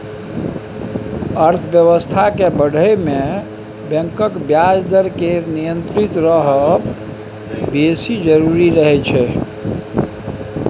अर्थबेबस्था केँ बढ़य मे बैंकक ब्याज दर केर नियंत्रित रहब बेस जरुरी रहय छै